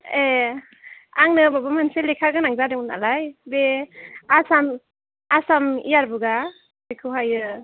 ए आंनोबो मोनसे लेखा गोनां जादोंमोन नालाय बे आसाम आसाम एयार बुकआ बेखौहायो